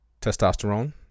testosterone